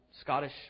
Scottish